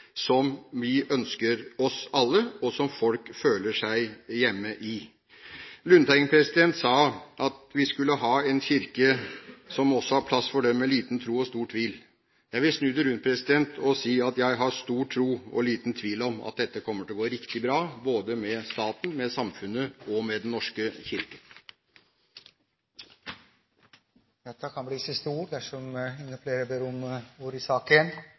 vi alle ønsker oss, og som folk føler seg hjemme i. Lundteigen sa at vi skulle ha en kirke som også har plass for dem med liten tro og stor tvil. Jeg vil snu det rundt og si: Jeg har stor tro og liten tvil om at dette kommer til å gå riktig bra, både med staten, med samfunnet og med Den norske kirke. Flere har ikke bedt om ordet til sak nr. 1. Språklig fornyelse av Grunnloven er en lenge etterlengtet reform. Derfor er dagen i